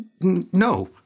No